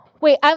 Wait